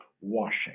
washing